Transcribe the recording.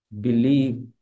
believe